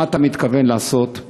מה אתה מתכוון לעשות,